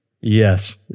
Yes